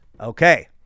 Okay